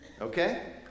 okay